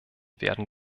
werden